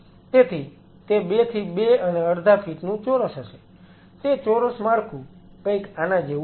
તેથી તે 2 થી 2 અને અડધા ફીટ નું ચોરસ હશે તે ચોરસ માળખું કંઈક આના જેવું હશે